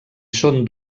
són